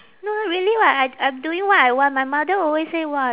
no no really [what] I I'm doing what I want my mother always say !wah!